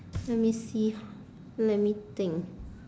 let me see let me think